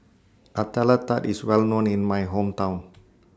Nutella Tart IS Well known in My Hometown